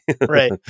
Right